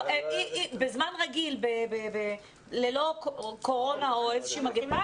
בזמן רגיל ללא קורונה או איזושהי מגפה,